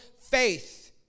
faith